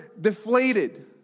deflated